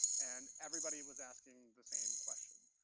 and everybody was asking the same question.